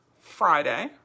Friday